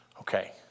Okay